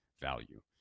value